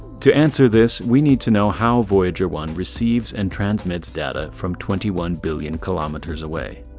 to answer this, we need to know how voyager one receives and transmits data from twenty one billion kilometres away.